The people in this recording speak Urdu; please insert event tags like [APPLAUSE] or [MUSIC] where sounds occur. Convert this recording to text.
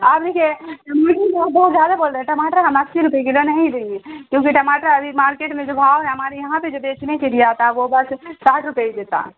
آپ دیکھیے [UNINTELLIGIBLE] کا بہت زیادہ بول رہے ہیں ٹماٹر ہم اسی روپے کلو نہیں لیں گے کیوںکہ ٹماٹر ابھی مارکیٹ میں جو بھاؤ ہے ہمارے یہاں پہ جو بیچنے کے لیے آتا ہے وہ بس ساٹھ روپے ہی دیتا ہے